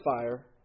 fire